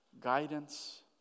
guidance